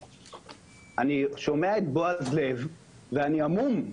אני שומע את בועז לב, ואני המום,